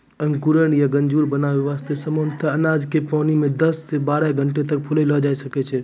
अंकुरण या गजूर बनाय वास्तॅ सामान्यतया अनाज क पानी मॅ दस सॅ बारह घंटा तक फुलैलो जाय छै